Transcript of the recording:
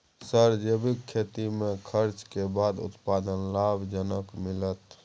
Sir जैविक खेती में खर्च के बाद उत्पादन लाभ जनक मिलत?